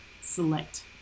select